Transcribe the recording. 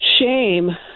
shame